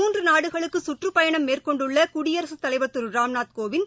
மூன்று நாடுகளுக்கு சுற்றுப்பயணம் மேற்கொண்டுள்ள குடியரசுத் தலைவர் திரு ராம்நாத் கோவிந்த்